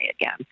again